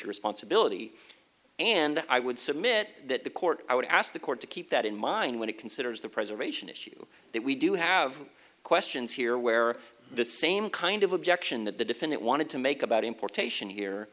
responsibility and i would submit that the court i would ask the court to keep that in mind when it considers the preservation issue that we do have questions here where the same kind of objection that the defendant wanted to make about importation here